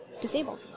disabled